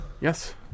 Yes